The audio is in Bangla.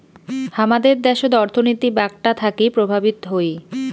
হামাদের দ্যাশোত অর্থনীতি বাঁকটা থাকি প্রভাবিত হই